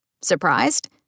Surprised